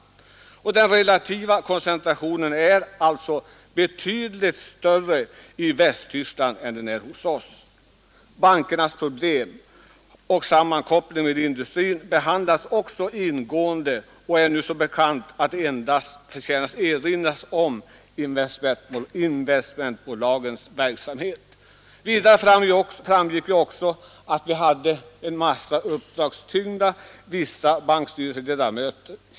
Den relativa koncenaktiebolag och ekonomiska för trationen är alltså betydligt större hos oss än i Västtyskland. Bankernas problem och sammankoppling med industrin behandlas också ingående och är nu så bekant att det endast förtjänar erinras om investmentbolagens verksamhet. Vidare framgår det hur ”uppdragstyngda” vissa bankstyrelseledamöter är.